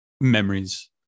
memories